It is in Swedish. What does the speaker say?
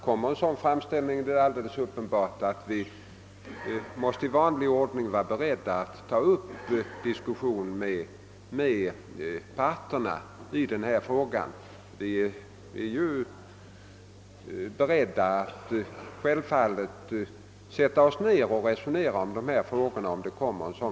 Lämnas en sådan framställning är det alldeles uppenbart att vi i vanlig ordning måste vara beredda att ta upp diskussion i frågan med parterna. Självfallet är vi villiga att sätta oss ned och resonera om frågorna.